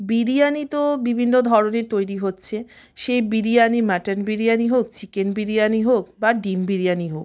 বিরিয়ানি তো বিভিন্ন ধরনের তৈরি হচ্ছে সে বিরিয়ানি মাটন বিরিয়ানি হোক চিকেন বিরিয়ানি হোক বা ডিম বিরিয়ানি হোক